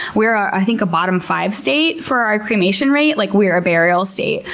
we're, i think, a bottom-five state for our cremation rate. like we're a burial state.